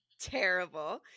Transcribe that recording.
terrible